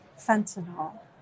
fentanyl